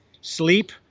sleep